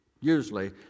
usually